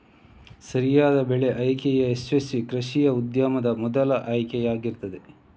ಸರಿಯಾದ ಬೆಳೆ ಆಯ್ಕೆಯು ಯಶಸ್ವೀ ಕೃಷಿ ಉದ್ಯಮದ ಮೊದಲ ಆಯ್ಕೆ ಆಗಿರ್ತದೆ